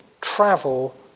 travel